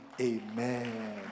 Amen